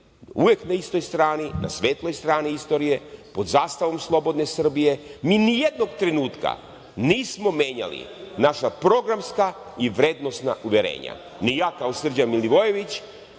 uvek na istoj strani, na svetloj strani istorije pod zastavom slobodne Srbije. Mi nijednog trenutka nismo menjali naša programska i vrednosna uverenja, ni ja kao Srđan Milivojević,